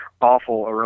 awful